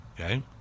Okay